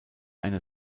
eine